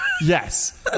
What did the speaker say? yes